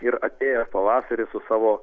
ir atėjęs pavasaris su savo